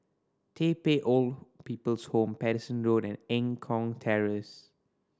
Tai Pei Old People's Home Paterson Road and Eng Kong Terrace